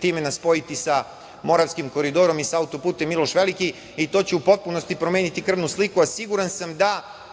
time nas spojiti sa Moravskim koridorom i sa auto-putem Miloš Veliki. To će u potpunosti promeniti krvnu sliku, a siguran sam da